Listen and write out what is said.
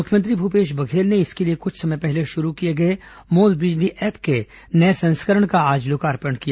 मुख्यमंत्री भूपेश बघेल ने इसके लिए कुछ समय पहले शुरू किए गए मोर बिजली ऐप के नये संस्करण का आज लोकार्पण किया